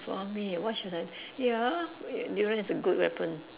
for me what should I ya durian is a good weapon